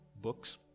books